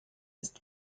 ist